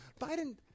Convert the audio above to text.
Biden